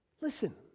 listen